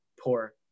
poor